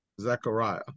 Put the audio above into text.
zechariah